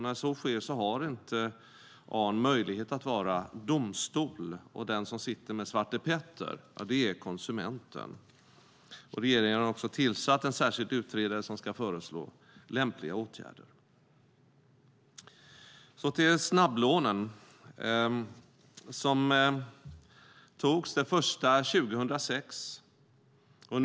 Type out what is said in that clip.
När så sker har Arn inte möjlighet att vara domstol, och den som sitter med Svarte Petter är konsumenten. Regeringen har alltså tillsatt en särskild utredare som ska föreslå lämpliga åtgärder. Så över till snabblånen. Det första snabblånet togs 2006.